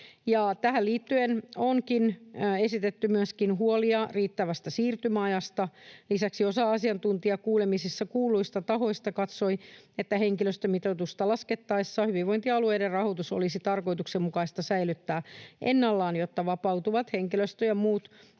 Tähän liittyen onkin esitetty myöskin huolia riittävästä siirtymäajasta. Lisäksi osa asiantuntijakuulemisissa kuulluista tahoista katsoi, että henkilöstömitoitusta laskettaessa hyvinvointialueiden rahoitus olisi tarkoituksenmukaista säilyttää ennallaan, jotta vapautuvat henkilöstö- ja muut resurssit